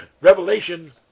revelation